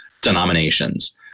denominations